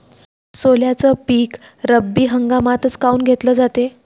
सोल्याचं पीक रब्बी हंगामातच काऊन घेतलं जाते?